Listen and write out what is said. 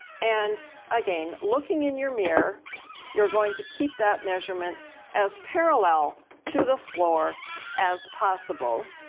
and again, looking in your mirror you're going to keep that measurement as parallel to the floor as possible.